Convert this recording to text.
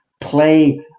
play